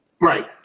Right